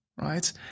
Right